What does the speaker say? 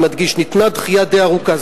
אני מדגיש: ניתנה דחייה די ארוכה.